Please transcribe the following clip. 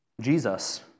Jesus